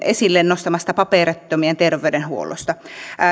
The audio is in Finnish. esille nostamasta paperittomien terveydenhuollosta